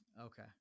okay